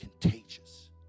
contagious